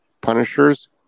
punishers